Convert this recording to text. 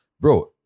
bro